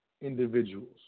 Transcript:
individuals